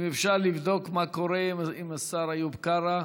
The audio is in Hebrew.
אם אפשר לבדוק מה קורה עם השר איוב קרא,